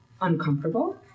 uncomfortable